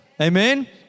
Amen